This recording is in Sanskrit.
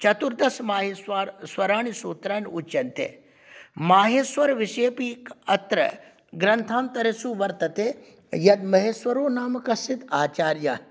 चतुर्दश माहेश्वरस्वराणि सूत्राणि उच्यन्ते माहेश्वरविषयेऽपि अत्र ग्रन्थान्तरेषु वर्तते यद् महेश्वरो नाम कश्चिद् आचार्यः